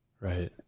Right